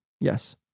Yes